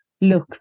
look